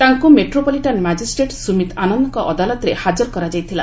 ତାଙ୍କୁ metropolitan magistrate Sumit ଆନନ୍ଦଙ୍କ ଅଦାଲତରେ ହାଜର କରାଯାଇଥିଲା